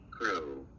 crew